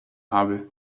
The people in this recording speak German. habe